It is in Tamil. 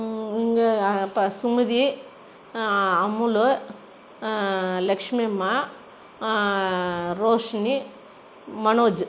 இங்கே இப்போ சுமதி அம்முலு லக்ஷ்மி அம்மா ரோஷினி மனோஜ்